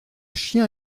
chien